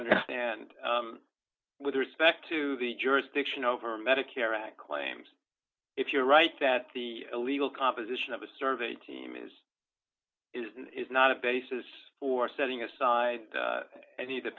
understand with respect to the jurisdiction over medicare act claims if you're right that the illegal composition of a survey team is is and is not a basis for setting aside any of the